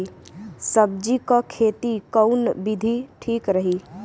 सब्जी क खेती कऊन विधि ठीक रही?